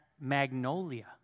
Magnolia